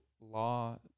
law